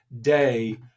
day